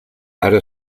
ara